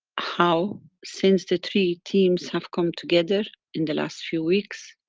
how, since the three teams have come together, in the last few weeks,